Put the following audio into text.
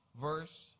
verse